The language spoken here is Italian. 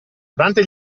durante